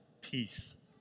peace